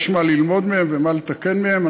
יש מה ללמוד מהם ומה לתקן מהם.